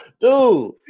dude